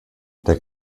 der